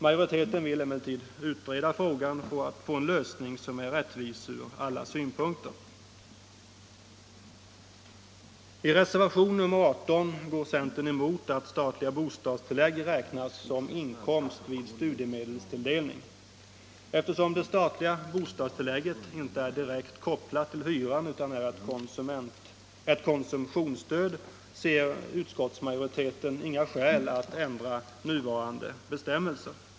Majoriteten vill emellertid utreda frågan för att få en lösning som är rättvis ur alla synpunkter. I reservationen 18 går centern emot att statligt bostadstillägg räknas som inkomst vid studiemedelstilldelning. Eftersom det statliga bostadstillägget inte är direkt kopplat till hyran utan är ett konsumtionsstöd ser utskottsmajoriteten inga skäl att ändra nuvarande bestämmelser.